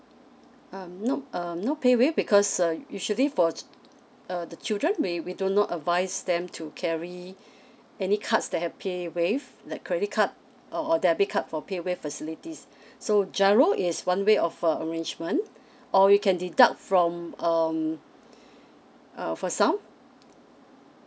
um nope um no paywave because uh usually for uh the children we we don't know advise them to carry any cards that have paywave like credit card or debit card for paywave facilities so G_I_R_O is one way of uh arrangement or you can deduct from um uh for some